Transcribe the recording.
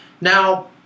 Now